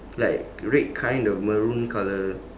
like red kind of maroon colour